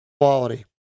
quality